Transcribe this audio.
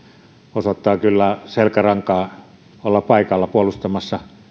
osoittaa kyllä selkärankaa olla paikalla puolustamassa